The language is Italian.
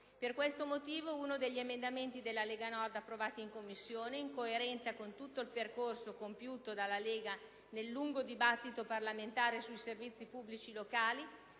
Per questo motivo, uno degli emendamenti della Lega Nord approvati in Commissione, in coerenza con tutto il percorso compiuto dalla Lega nel lungo dibattito parlamentare su servizi pubblici locali,